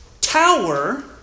tower